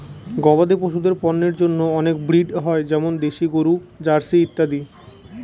গবাদি পশুদের পন্যের জন্য অনেক ব্রিড হয় যেমন দেশি গরু, জার্সি ইত্যাদি